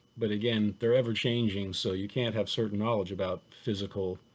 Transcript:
but again, they're ever changing. so you can't have certain knowledge about physical,